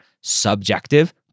subjective